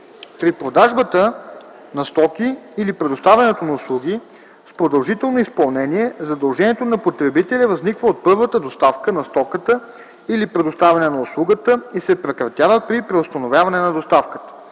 При продажбата на стоки или предоставянето на услуги с продължително изпълнение задължението на потребителя възниква от първата доставка на стоката или предоставяне на услугата и се прекратява при преустановяване на доставката.